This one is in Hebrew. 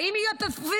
האם זה יהיה פיליבסטר.